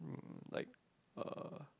um like uh